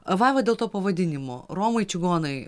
vaiva dėl to pavadinimo romai čigonai